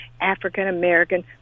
african-american